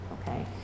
okay